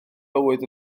bywyd